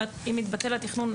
אם יתבטל התכנון,